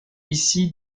ici